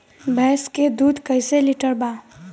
भैंस के दूध कईसे लीटर बा?